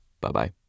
Bye-bye